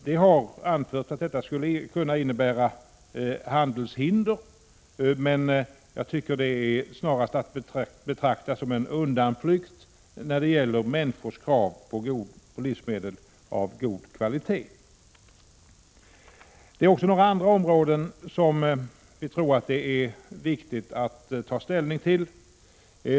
Det har anförts att detta skulle innebära handelshinder, men jag tycker att det snarast är att betrakta som en undanflykt när det gäller människors krav på livsmedel av god kvalitet. Det finns några andra områden som vi tror att det är viktigt att ta ställning till.